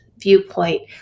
viewpoint